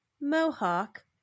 Mohawk